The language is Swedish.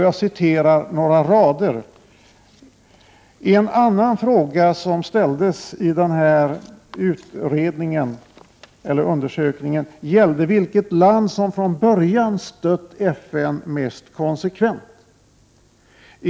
Jag citerar några rader: ”En annan fråga som ställdes gällde vilket land som från början stött FN mest konsekvent.